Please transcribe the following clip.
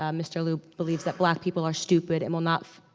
um mr. lieu believes that black people are stupid and will not, ah,